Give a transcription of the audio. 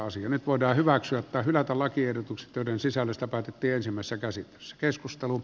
nyt voidaan hyväksyä tai hylätä lakiehdotukset joiden sisällöstä päätettiin ensimmäisessä käsittelyssä